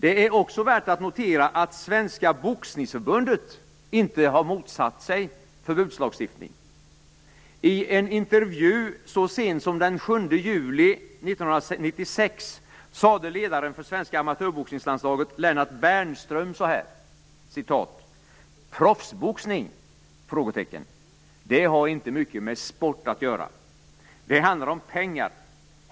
Det är också värt att notera att Svenska boxningsförbundet inte har motsatt sig förbudslagstiftning. I en intervju så sent som den 7 juli 1996 sade ledaren för svenska amatörboxningslandslaget, Lennart Bernström, så här: "Proffsboxning? Det har inte mycket med sport att göra. Det handlar om pengar.